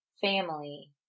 family